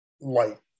light